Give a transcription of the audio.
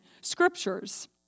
scriptures